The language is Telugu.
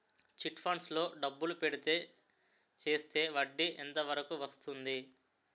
చిట్ ఫండ్స్ లో డబ్బులు పెడితే చేస్తే వడ్డీ ఎంత వరకు వస్తుంది?